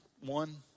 one